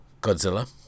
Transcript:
Godzilla